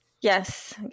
Yes